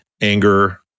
anger